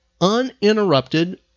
uninterrupted